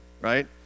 right